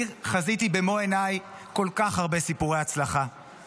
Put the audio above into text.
אני חזיתי במו עיניי בכל כך הרבה סיפורי הצלחה, אנשים